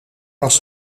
was